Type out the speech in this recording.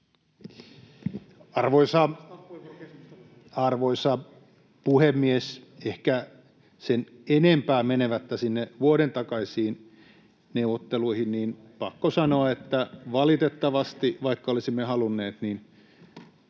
Arvoisa puhemies! Ehkä sen enempää menemättä sinne vuoden takaisiin neuvotteluihin on pakko sanoa, että valitettavasti, vaikka olisimme halunneet, ei